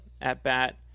at-bat